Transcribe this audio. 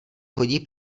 chodí